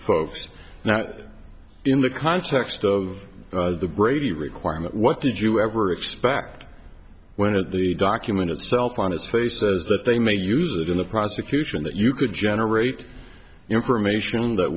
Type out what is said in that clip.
fi now in the context of the brady requirement what did you ever expect when it the document itself on its face says that they may use that in the prosecution that you could generate information that